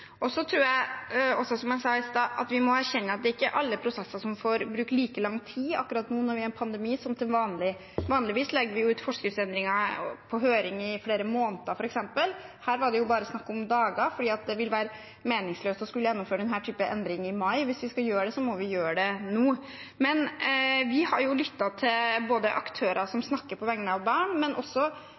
må erkjenne at det ikke er alle prosesser man får bruke like lang tid på akkurat nå, når vi er i en pandemi, som til vanlig. Vanligvis sender vi jo ut forskriftsendringer på høring i flere måneder. Her var det bare snakk om dager, for det ville være meningsløst å skulle gjennomføre denne typen endring i mai. Hvis vi skal gjøre det, må vi gjøre det nå. Vi har lyttet til både aktører som snakker på vegne av barn,